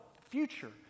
future